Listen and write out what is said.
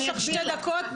יש לך שתי דקות,